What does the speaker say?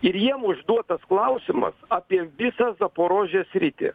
ir jiem užduotas klausimas apie visą zaporožės sritį